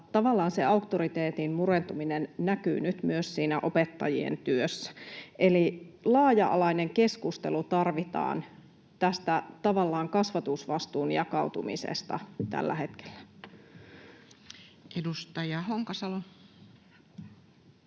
tavallaan se auktoriteetin murentuminen näkyy nyt myös siinä opettajien työssä. Eli laaja-alainen keskustelu tarvitaan tästä kasvatusvastuun jakautumisesta tällä hetkellä. Edustaja Honkasalo.